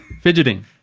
Fidgeting